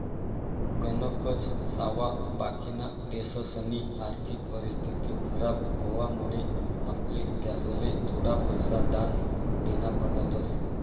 गणकच सावा बाकिना देशसनी आर्थिक परिस्थिती खराब व्हवामुळे आपले त्यासले थोडा पैसा दान देना पडतस